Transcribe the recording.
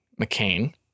McCain